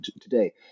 today